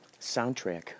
soundtrack